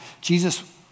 Jesus